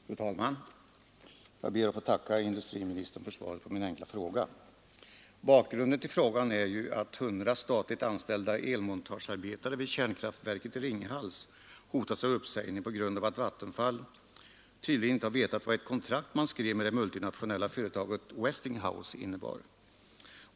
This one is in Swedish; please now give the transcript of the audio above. Fru talman! Jag ber att få tacka industriministern för svaret på min enkla fråga. Bakgrunden till frågan är att 100 statligt anställda elmontagearbetare vid kärnkraftverket i Ringhals hotas av uppsägning på grund av att Vattenfall tydligen inte har vetat vad ett kontrakt man skrev med det multinationella företaget Westinghouse innebar.